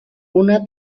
una